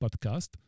podcast